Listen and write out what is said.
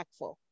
impactful